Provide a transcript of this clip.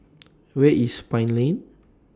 Where IS Pine Lane